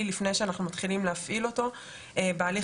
לפני שאנחנו מתחילים להפעיל אותו בהליך